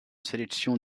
sélection